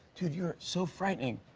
dude, you were so frightening.